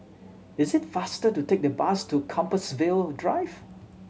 it's faster to take the bus to Compassvale Drive